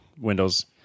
windows